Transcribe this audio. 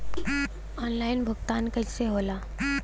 Online भुगतान कईसे होला?